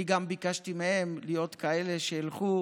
אני גם ביקשתי מהם להיות אלה שילכו